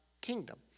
kingdom